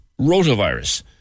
rotavirus